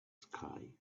sky